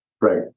Right